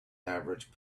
average